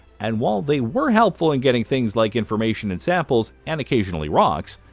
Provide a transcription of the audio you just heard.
and while they were helpful in getting things like information and samples and occasionally rocks,